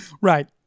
Right